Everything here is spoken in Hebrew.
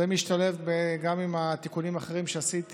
זה משתלב גם עם תיקונים אחרים שעשיתי